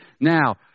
now